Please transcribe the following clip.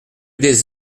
des